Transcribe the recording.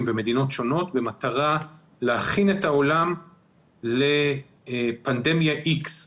במדינות שונות במטרה להכין את העולם לפנדמיה איקס,